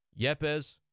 Yepes